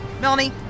Melanie